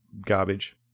garbage